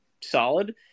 solid